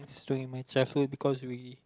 slowing my childhood because we